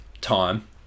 time